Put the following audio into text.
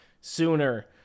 sooner